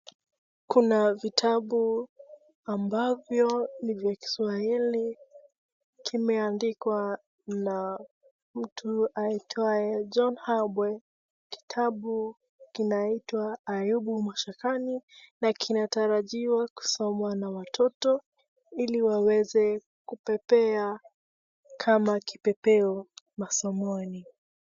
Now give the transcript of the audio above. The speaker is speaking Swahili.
Kuna vitabu ambavyo ni vya kiswahili kimeandikwa na mtu aitwaye John Abwe kitabu kinaitwa 'Ayubu mashakani' na kinatarajiwa kusomwa na watoto ili waweze kupepea kama kipepeo masomoni.